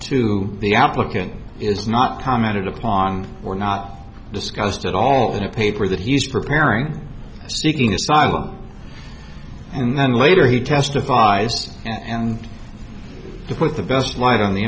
to the applicant is not commented upon or not discussed at all in the paper that he's preparing seeking asylum and then later he testifies and he put the best why don't the